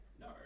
No